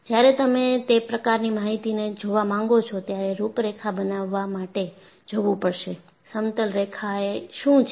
જ્યારે તમે તે પ્રકારની માહિતીને જોવા માંગો છો ત્યારે રૂપરેખા બનાવવા માટે જવું પડશે સમતલરેખા એ શું છે